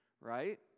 right